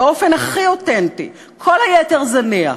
באופן הכי אותנטי, וכל היתר זניח.